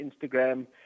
Instagram